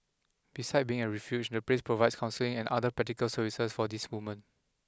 beside being a refuge the place provides counselling and other practical services for these women